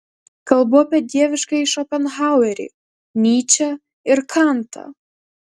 kalbu apie dieviškąjį šopenhauerį nyčę ir kantą